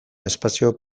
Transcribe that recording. espazio